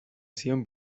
zion